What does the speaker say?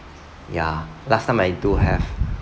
ya last time I do have